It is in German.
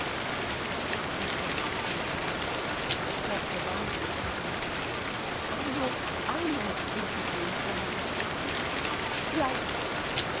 das war zu viel für mich ich glaubte wahnsinnig zu werden arno arno rief ich ihn umklammernd bleib bleib